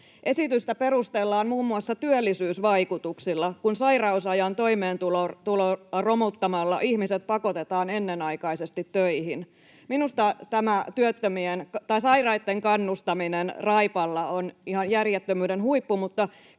Esitystä perustellaan muun muassa työllisyysvaikutuksilla, kun sairausajan toimeentulon romuttamalla ihmiset pakotetaan ennenaikaisesti töihin. Minusta tämä sairaitten kannustaminen raipalla on ihan järjettömyyden huippu.